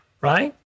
right